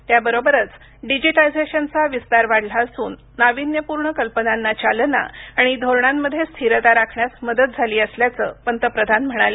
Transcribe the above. त्याबरोबरच डिजिटायझेशनचा विस्तार वाढला असून नावीन्यपूर्ण कल्पनांना चालना आणि धोरणांमध्ये स्थिरता राखण्यास मदत झाली असल्याचं पंतप्रधान म्हणाले